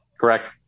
Correct